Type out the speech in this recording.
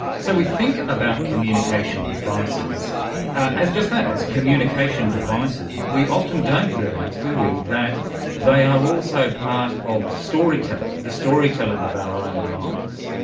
so we think about communication devices as just that, as communication devices. we often don't realise, do we, that they are also part of storytelling, the storytelling of our own lives.